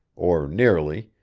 or nearly,